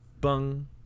Bung